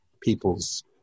people's